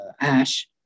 ash